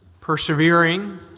persevering